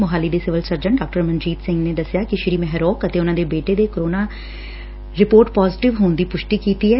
ਮੁਹਾਲੀ ਦੇ civil surgeon ਡਾ ਮਨਜੀਤ ਸਿੰਘ ਨੇ ਸ੍ਰੀ ਮਹਿਰੋਕ ਅਤੇ ਉਨੂਾ ਦੇ ਬੇਟੇ ਦੇ ਕੋਰੋਨਾ ਰਿਪੋਰਟ ਪਾਜ਼ੇਟਿਵ ਹੋਣ ਦੀ ਪੁਸ਼ਟੀ ਕੀਡੀ ਏ